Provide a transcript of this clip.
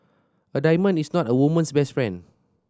a diamond is not a woman's best friend